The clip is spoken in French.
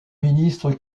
ministres